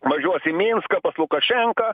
važiuos į minską pas lukašenka